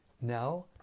Now